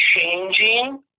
changing